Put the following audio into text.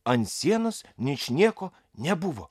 ant sienos ničnieko nebuvo